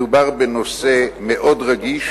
מדובר בנושא מאוד רגיש,